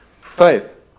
Faith